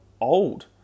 old